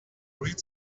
read